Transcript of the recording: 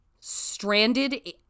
stranded